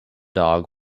dog